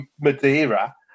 Madeira